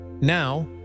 Now